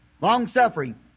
Long-suffering